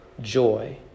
joy